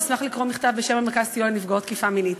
אשמח לקרוא מכתב בשם מרכז הסיוע לנפגעות תקיפה מינית.